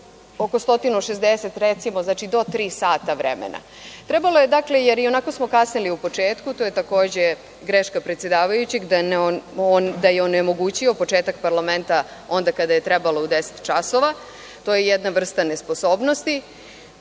oko 160 recimo, do tri sata vremena. Trebalo je jer ionako smo kasnili u početku, to je takođe greška predsedavajućeg da je onemogućio početak parlamenta onda kada je trebalo u 10,00 časova, to je jedna vrsta nesposobnosti,